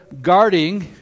guarding